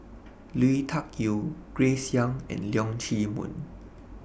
Lui Tuck Yew Grace Young and Leong Chee Mun